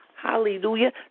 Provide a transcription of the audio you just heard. Hallelujah